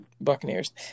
Buccaneers